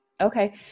Okay